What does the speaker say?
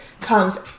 comes